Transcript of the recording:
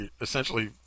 essentially